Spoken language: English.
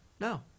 No